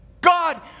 God